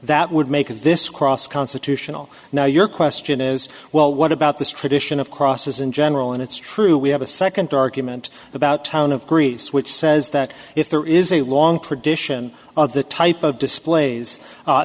that would make this cross constitutional now your question is well what about this tradition of crosses in general and it's true we have a second argument about town of greece which says that if there is a long tradition of the type of displays